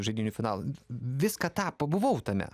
žaidynių finalai viską tą pabuvau tame